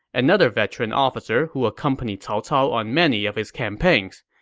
another veteran officer who accompanied cao cao on many of his campaigns.